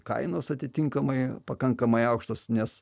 kainos atitinkamai pakankamai aukštos nes